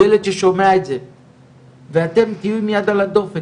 ילד ששומע את זה ואתם תהיו עם יד על הדופק